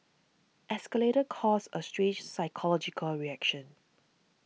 escalators cause a strange psychological reaction